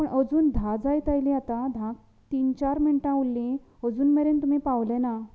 पूण अजून धा जायत आयली आता तीन चार मिनटां उरलीं अजून मेरेन तुमी पावले ना